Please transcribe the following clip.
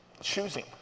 Choosing